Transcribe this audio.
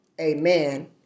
Amen